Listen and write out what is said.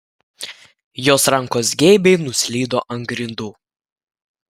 jos rankos geibiai nuslydo ant grindų